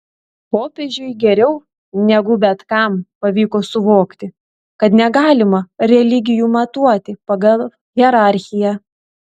popiežiui geriau negu bet kam pavyko suvokti kad negalima religijų matuoti pagal hierarchiją